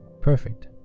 perfect